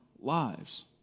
lives